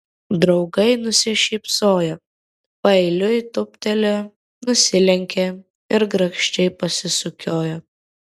draugai nusišypsojo paeiliui tūptelėjo nusilenkė ir grakščiai pasisukiojo